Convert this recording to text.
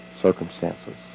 circumstances